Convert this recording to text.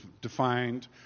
defined